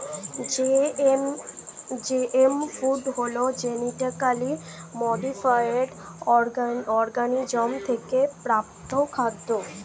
GMO food হলো genetically modified organism থেকে প্রাপ্ত খাদ্য